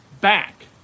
back